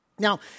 Now